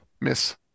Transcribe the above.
miss